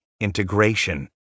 integration